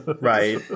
Right